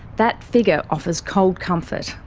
that figure offers cold comfort.